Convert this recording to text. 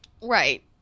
right